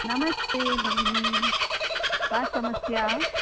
नमस्ते भगिनि का समस्या